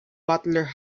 butler